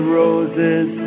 roses